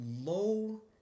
low